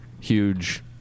huge